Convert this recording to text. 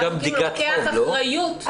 ואז הוא לוקח אחריות.